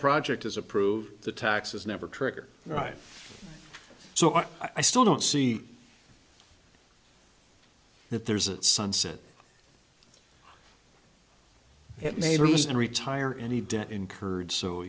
project is approved the taxes never trigger right so what i still don't see that there's a sunset it may reduce and retire any debt incurred so